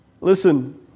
Listen